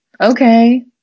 okay